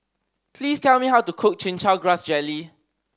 please tell me how to cook Chin Chow Grass Jelly